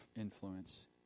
influence